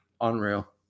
Unreal